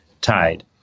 tide